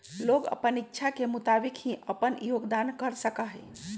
लोग अपन इच्छा के मुताबिक ही अपन योगदान कर सका हई